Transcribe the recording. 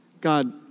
God